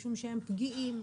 משום שהם פגיעים,